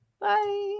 Bye